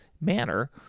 manner